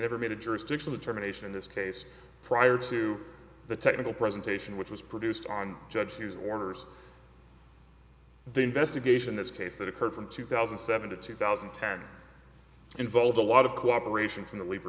never made a jurisdiction determination in this case prior to the technical presentation which was produced on judge whose orders the investigation this case that occurred from two thousand and seven to two thousand and ten involves a lot of cooperation from the labor